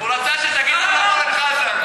הוא רצה שתגיד לו אורן חזן.